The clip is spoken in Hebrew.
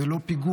זה לא פיגוע,